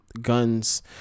guns